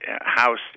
house